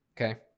Okay